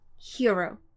hero